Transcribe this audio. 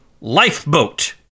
Lifeboat